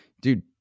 dude